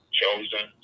chosen